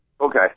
Okay